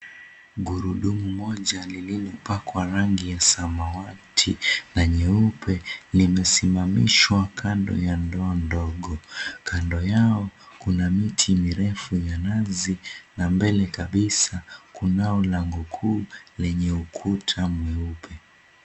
Gurudumu moja lililopakwa rangi ya samawati na nyeupe, limesimamishwa kando ya ndoo ndogo. Kando yao, kuna miti mirefu ya nazi na mbele kabisa, kunao lango kuu lenye ukuta mweupe.